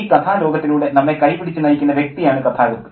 ഈ കഥാലോകത്തിലൂടെ നമ്മെ കൈപിടിച്ചു നയിക്കുന്ന വ്യക്തിയാണ് കഥാകൃത്ത്